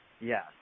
Yes